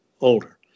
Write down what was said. older